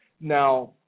Now